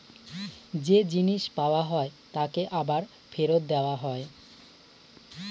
যে জিনিস পাওয়া হয় তাকে আবার ফেরত দেওয়া হয়